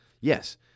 yes